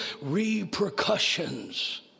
repercussions